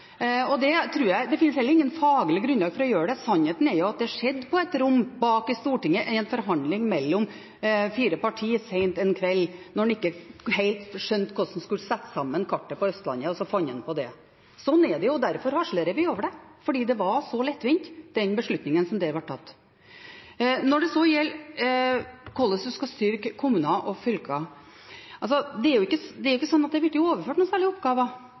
og det finnes heller ikke noe faglig grunnlag for å gjøre det. Sannheten er at det skjedde på et rom bak i Stortinget, i en forhandling mellom fire partier sent en kveld. Når en ikke helt skjønte hvordan en skulle sette sammen kartet på Østlandet, så fant en på det. Slik er det, og derfor harselerer vi over det, fordi det var så lettvint, den beslutningen som da ble tatt. Når det så gjelder hvordan en skal styre kommuner og fylker: Det har ikke blitt overført noen særlige oppgaver til de regionene og de kommunene som har slått seg sammen. Det er heller ikke